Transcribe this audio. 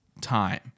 time